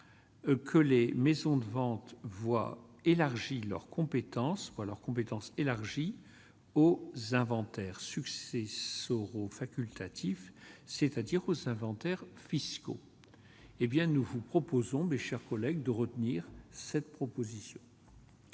que les mais son de vente voies élargit leurs compétences soient leurs compétences élargies au inventaire successoraux facultatif, c'est-à-dire où s'inventèrent fiscaux, hé bien, nous vous proposons, mes chers collègues de retenir cette proposition.